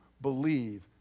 believe